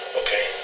okay